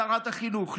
שרת החינוך,